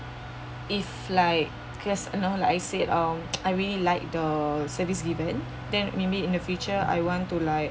if like because you know like I said um I really like the service given then maybe in the future I want to like